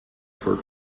for